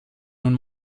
nun